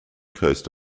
coast